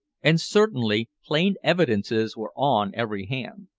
and certainly plain evidences were on every hand.